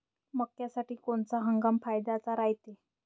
मक्क्यासाठी कोनचा हंगाम फायद्याचा रायते?